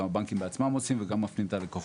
בנקים עושים בעצמם את השיחות וגם מפנים את הלקוחות,